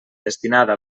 destinada